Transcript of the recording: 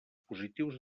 positius